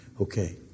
Okay